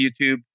youtube